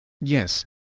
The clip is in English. yes